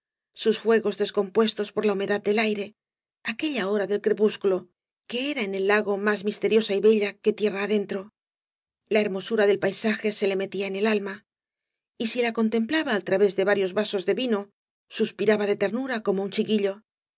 sus fuegos descompuestos por la humedad del aire aquella hora del crepúsculo que era en el lago más misteriosa y bella que tierra adentro la hermosura del paisaje ae le metía en el alma y si la contemplaba al través de varios vasos de vino suspiraba de ternura como un chiquillo